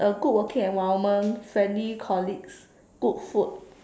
a good working environment friendly colleagues good food